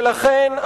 ולכן,